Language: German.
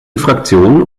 fraktion